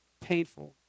painful